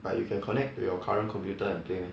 but you can connect to your current computer and play meh